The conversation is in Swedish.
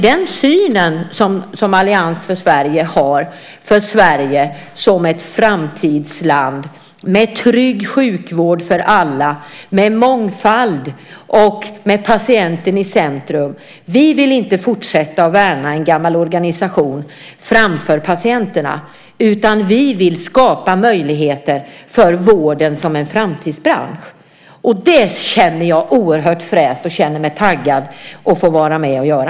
Den syn som Allians för Sverige har för Sverige är ett framtidsland med trygg sjukvård för alla, med mångfald och patienten i centrum. Vi vill inte fortsätta att värna en gammal organisation framför patienterna, utan vi vill skapa möjligheter för vården som en framtidsbransch. Det känns oerhört fräscht, och det känner jag mig taggad att få vara med och göra.